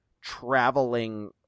traveling